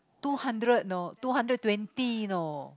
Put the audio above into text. two hundred you know two hundred twenty you know